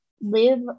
Live